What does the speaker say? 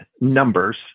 numbers